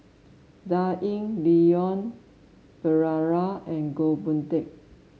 Dan Ying Leon Perera and Goh Boon Teck